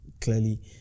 clearly